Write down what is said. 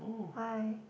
hi